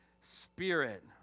Spirit